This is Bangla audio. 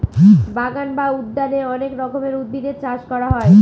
বাগান বা উদ্যানে অনেক রকমের উদ্ভিদের চাষ করা হয়